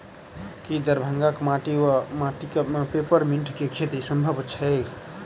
की दरभंगाक माटि वा माटि मे पेपर मिंट केँ खेती सम्भव छैक?